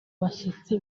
bashyitsi